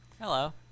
Hello